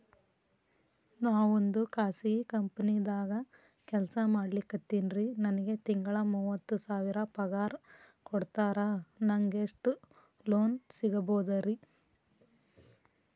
ನಾವೊಂದು ಖಾಸಗಿ ಕಂಪನಿದಾಗ ಕೆಲ್ಸ ಮಾಡ್ಲಿಕತ್ತಿನ್ರಿ, ನನಗೆ ತಿಂಗಳ ಮೂವತ್ತು ಸಾವಿರ ಪಗಾರ್ ಕೊಡ್ತಾರ, ನಂಗ್ ಎಷ್ಟು ಲೋನ್ ಸಿಗಬೋದ ರಿ?